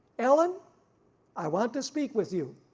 ellen i want to speak with you,